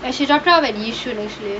and she got down at yishun actually